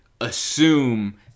assume